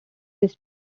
his